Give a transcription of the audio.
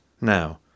now